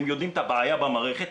הם יודעים את הבעיה במערכת,